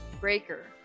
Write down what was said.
Breaker